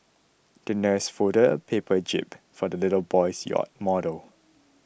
the nurse folded a paper jib for the little boy's yacht model